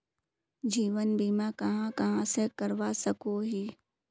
जीवन बीमा कहाँ कहाँ से करवा सकोहो ही?